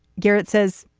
garrett says.